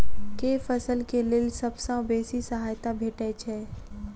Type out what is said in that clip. केँ फसल केँ लेल सबसँ बेसी सहायता भेटय छै?